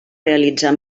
realitzar